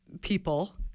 people